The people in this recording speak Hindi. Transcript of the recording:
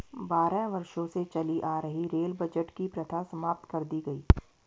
बारह वर्षों से चली आ रही रेल बजट की प्रथा समाप्त कर दी गयी